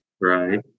Right